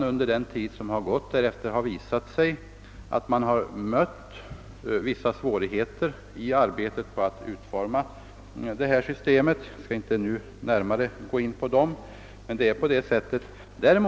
Under den tid som därefter gått har det emellertid visat sig att man i arbetet på att utforma ett sådant system mött vissa svårigheter, som jag nu inte närmare skall gå in på.